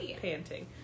panting